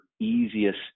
easiest